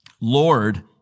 Lord